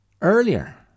Earlier